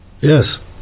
yes